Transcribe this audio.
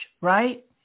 Right